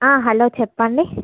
hello చెప్పండి